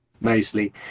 mostly